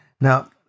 Now